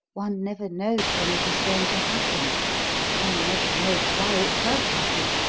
one never knows when it is going to happen one never knows why it does happen.